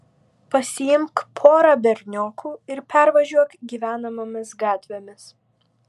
pasiimk porą berniokų ir pervažiuok gyvenamomis gatvėmis